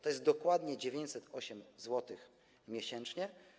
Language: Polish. To jest dokładnie 908 zł miesięcznie.